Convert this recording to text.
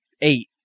eight